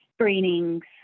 screenings